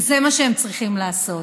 זה מה שהם צריכים לעשות.